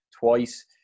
twice